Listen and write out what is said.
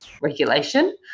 regulation